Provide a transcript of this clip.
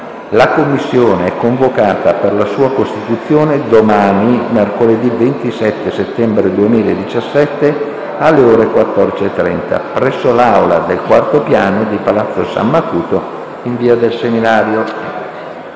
La Commissione è convocata per la sua costituzione domani, mercoledì 27 settembre 2017, alle ore 14,30, presso l'Aula del quarto piano di Palazzo San Macuto, in via del seminario.